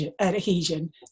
adhesion